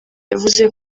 yavuze